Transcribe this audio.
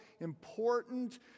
important